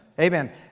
Amen